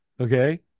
okay